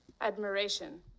Admiration